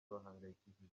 bahangayikishijwe